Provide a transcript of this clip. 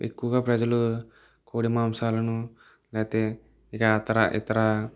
ఎక్కువగా ప్రజలు కోడి మాంసాలను లేక అతర ఇతర